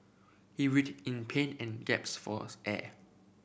he writhed in pain and falls air